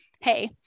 hey